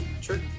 Sure